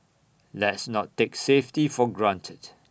let's not take safety for granted